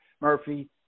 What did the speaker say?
Murphy